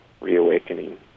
reawakening